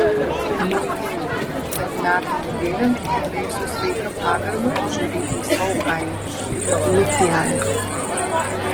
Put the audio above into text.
malonu matyti kad metams bėgant ėmei su sveika pagarba žiūrėti į savo kailį lukianai